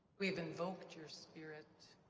we have invoked your spirit,